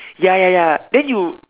ya ya ya then you